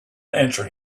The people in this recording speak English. answer